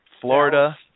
Florida